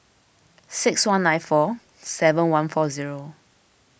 six one nine four seven one four zero